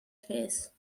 face